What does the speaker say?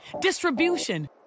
distribution